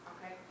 Okay